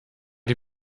die